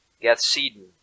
Gethsemane